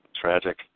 Tragic